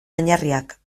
oinarriak